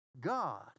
God